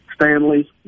Stanley